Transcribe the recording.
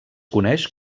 coneix